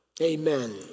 Amen